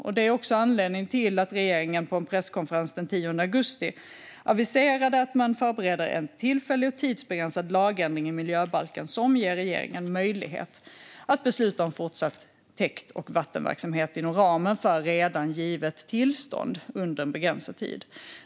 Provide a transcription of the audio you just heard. Detta är också anledningen till att regeringen på en presskonferens den 10 augusti aviserade att man förbereder en tillfällig och tidsbegränsad lagändring i miljöbalken som ger regeringen möjlighet att besluta om fortsatt täkt och vattenverksamhet inom ramen för redan givet tillstånd under en begränsad tid.